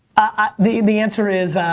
ah the the answer is,